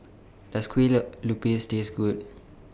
Does Kueh Lupis Taste Good